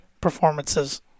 performances